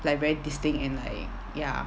like very distinct and like ya